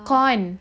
corn